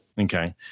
Okay